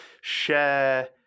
share